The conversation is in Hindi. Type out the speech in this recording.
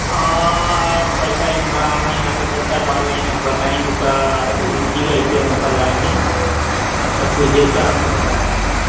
ऐसा है कि हमारा अनलाइन आर्डर चलता है तो अनलाइन जब बताएंगे सारा आर्डर दे दीजिएगा इसके बाद हम कल आएंगे सब कुछ देख कर आपको बता देंगे